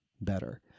better